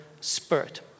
Spirit